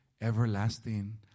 everlasting